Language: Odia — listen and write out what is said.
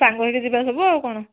ସାଙ୍ଗ ହେଇକି ଯିବା ସବୁ ଆଉ କଣ